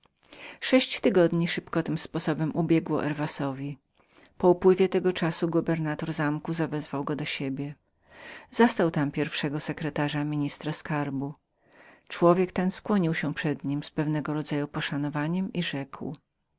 sześć tygodni szybko tym sposobem ubiegło herwasowi po upływie którego to czasu nadzorca więzienia zawezwał go do siebie zastał tam pierwszego sekretarza ministra skarbu człowiek ten skłonił się przed nim z pewnym rodzajem poszanowania i rzekł